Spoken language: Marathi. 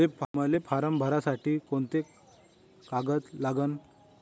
मले फारम भरासाठी कोंते कागद लागन?